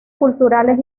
culturales